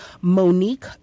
Monique